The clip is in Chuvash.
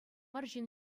арҫын